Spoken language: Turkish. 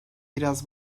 biraz